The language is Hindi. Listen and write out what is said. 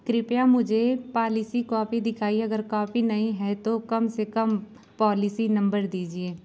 कृपया मुझे पॉलिसी कॉपी दिखाइए अगर कॉपी नहीं है तो कम से कम पॉलिसी नम्बर दीजिए